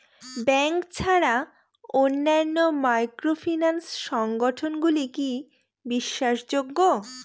Bank ছাড়া অন্যান্য microfinance সংগঠন গুলি কি বিশ্বাসযোগ্য?